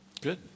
Good